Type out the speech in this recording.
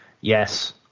Yes